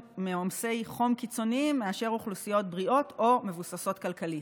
מעומסי חום קיצוניים יותר מאוכלוסיות בריאות או מבוססות כלכלית.